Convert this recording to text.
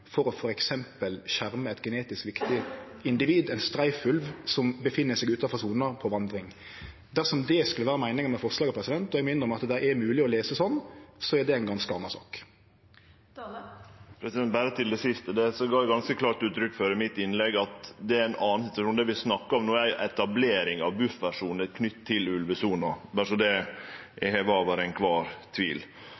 for f.eks. å skjerme eit genetisk viktig individ, ein streifulv, som er utanfor sona på vandring. Dersom det skulle vere meininga med forslaga, og eg må innrømme at det er mogeleg å lese dei slik, er det ei ganske anna sak. Når det gjeld det siste, gav eg ganske klart uttrykk for i mitt innlegg at det er ein annan situasjon. Det vi snakkar om no, er ei etablering av buffersone knytt til ei ulvesone. Berre så det